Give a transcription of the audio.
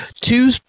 two